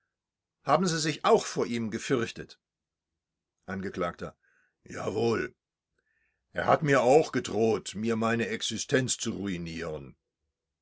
haben sie sich auch vor ihm gefürchtet angekl jawohl er hat mir auch gedroht mir meine existenz zu ruinieren